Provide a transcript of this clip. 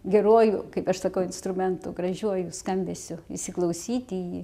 geruoju kaip aš sakau instrumentu gražiuoju skambesiu įsiklausyt į jį